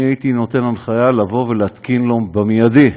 אני הייתי נותן הנחיה להתקין לו במיידי,